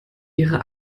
ihrer